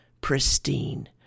pristine